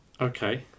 Okay